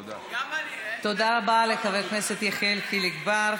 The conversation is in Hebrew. תודה רבה לחבר הכנסת יחיאל חיליק בר.